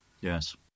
Yes